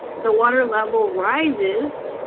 the water level rises